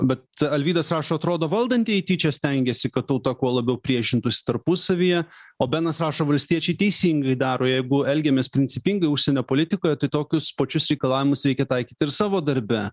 bet alvydas rašo atrodo valdantieji tyčia stengiasi kad tauta kuo labiau priešintųsi tarpusavyje o benas rašo valstiečiai teisingai daro jeigu elgiamės principingai užsienio politikoje tai tokius pačius reikalavimus reikia taikyti ir savo darbe